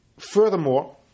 Furthermore